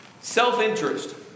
Self-interest